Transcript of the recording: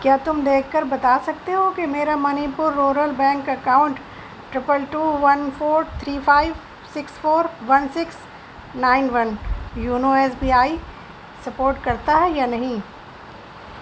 کیا تم دیکھ کر بتا سکتے ہو کہ میرا Manipur rural bank account triple two one four three five six four one six nine one YONO S B I support کرتا ہے یا نہیں